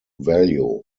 value